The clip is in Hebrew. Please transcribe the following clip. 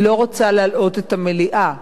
אני לא רוצה להלאות את המליאה,